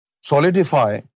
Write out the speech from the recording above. solidify